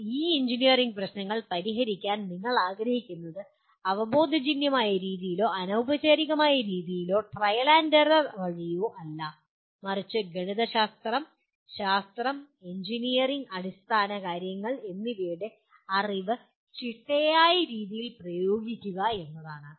എന്നാൽ ഈ എഞ്ചിനീയറിംഗ് പ്രശ്നങ്ങൾ പരിഹരിക്കാൻ നിങ്ങൾ ആഗ്രഹിക്കുന്നത് അവബോധജന്യമായ രീതിയിലോ അനൌപചാരികമായ രീതിയിലോ ട്രയൽ ആൻഡ് എറർ വഴിയോ അല്ല മറിച്ച് ഗണിതശാസ്ത്രം ശാസ്ത്രം എഞ്ചിനീയറിംഗ് അടിസ്ഥാനകാര്യങ്ങൾ എന്നിവയുടെ അറിവ് ചിട്ടയായ രീതിയിൽ പ്രയോഗിക്കുക എന്നതാണ്